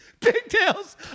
Pigtails